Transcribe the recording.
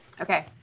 Okay